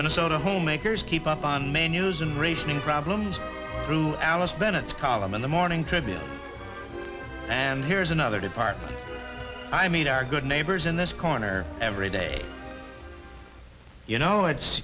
minnesota homemakers keep up on menus and rationing problems through alice bennett's column in the morning tribune and here's another department i'm good neighbors in this corner every day you know it's